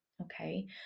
okay